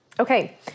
Okay